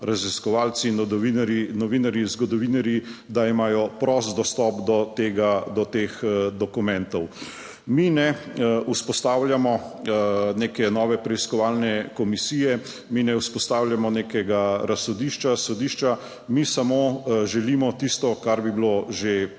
raziskovalci novinarji, zgodovinarji, da imajo prost dostop do tega, do teh dokumentov. Mi ne vzpostavljamo neke nove preiskovalne komisije, mi ne vzpostavljamo nekega razsodišča, sodišča, mi samo želimo tisto, kar bi bilo že, kar